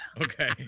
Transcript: Okay